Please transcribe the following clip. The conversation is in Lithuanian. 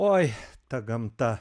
oi ta gamta